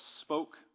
spoke